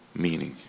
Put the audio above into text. meaning